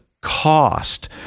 cost